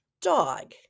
dog